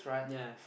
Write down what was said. ya